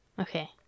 Okay